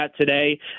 today